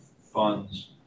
funds